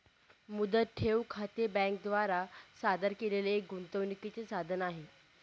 मुदत ठेव खाते बँके द्वारा सादर केलेले एक गुंतवणूकीचे साधन आहे